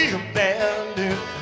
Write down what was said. abandoned